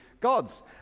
gods